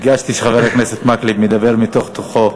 הרגשתי שחבר הכנסת מקלב מדבר מתוך תוכו,